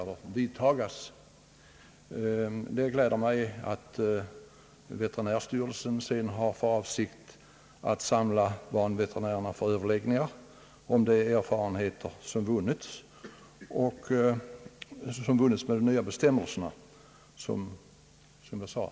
Det gläder mig att veterinärstyrelsen har för avsikt att samla banveterinärerna för överläggningar om de erfarenheter som vunnits med de nya bestämmelserna.